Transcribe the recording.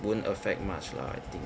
won't affect much lah I think